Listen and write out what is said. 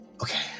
Okay